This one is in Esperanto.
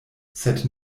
sed